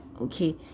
okay